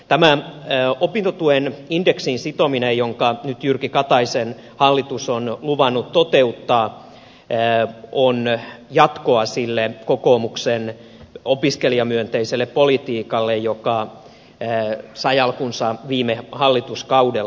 tämä opintotuen indeksiin sitominen jonka nyt jyrki kataisen hallitus on luvannut toteuttaa on jatkoa sille kokoomuksen opiskelijamyönteiselle politiikalle joka sai alkunsa viime hallituskaudella